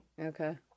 Okay